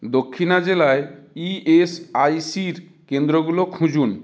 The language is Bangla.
দক্ষিণা জেলায় ইএসআইসির কেন্দ্রগুলো খুঁজুন